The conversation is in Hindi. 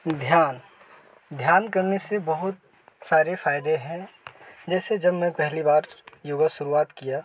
ध्यान ध्यान करने से बहुत सारे फ़ायदे है जैसे जब मैं पहली बार योग शुरुआत किया